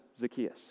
Zacchaeus